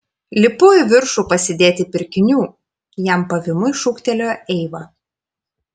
lipu į viršų pasidėti pirkinių jam pavymui šūktelėjo eiva